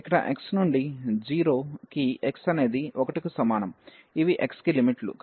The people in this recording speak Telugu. ఇక్కడ x నుండి 0 కి x అనేది 1 కు సమానం ఇవి x కి లిమిట్ లు